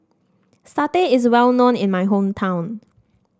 Satay is well known in my hometown